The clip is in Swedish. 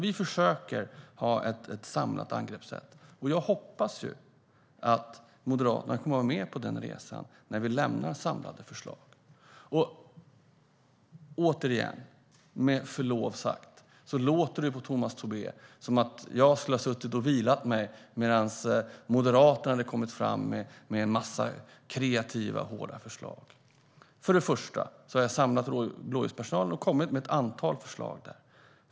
Vi försöker att ha ett samlat angrepps-sätt, och jag hoppas att Moderaterna kommer att vara med på den resan när vi lämnar samlade förslag. Återigen: Med förlov sagt låter det på Tomas Tobé som att jag skulle ha suttit och vilat mig medan Moderaterna hade kommit fram med en massa kreativa och hårda förslag. För det första: Jag har samlat blåljuspersonal och kommit med ett antal förslag.